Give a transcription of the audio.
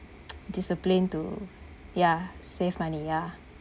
discipline to ya save money ya